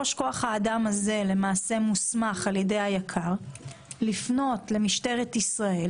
ראש כוח האדם הזה מוסמך למעשה על ידי היק"ר לפנות למשטרת ישראל